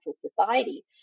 society